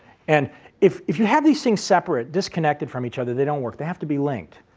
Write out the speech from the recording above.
and if if you have these things separate, disconnected from each other they don't work, they have to be linked.